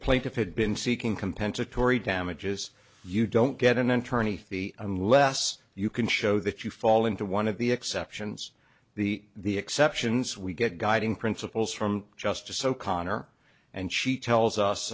had been seeking compensatory damages you don't get an attorney the unless you can show that you fall into one of the exceptions the the exceptions we get guiding principles from justice o'connor and she tells us